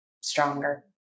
stronger